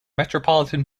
metropolitan